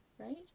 right